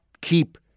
keep